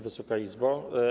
Wysoka Izbo!